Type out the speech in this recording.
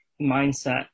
mindset